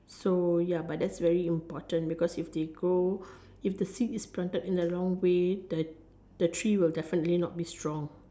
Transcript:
so ya but that's very important because if they grow if the seed is planted in the wrong way the the tree will definitely not be strong